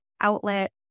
outlet